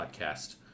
podcast